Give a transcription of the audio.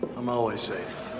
i'm always safe.